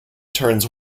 turns